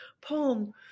poem